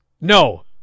No